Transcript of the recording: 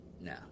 no